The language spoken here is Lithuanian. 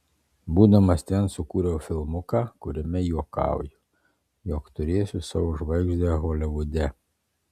būdamas ten sukūriau filmuką kuriame juokauju jog turėsiu savo žvaigždę holivude